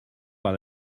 par